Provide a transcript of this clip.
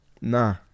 Nah